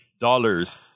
dollars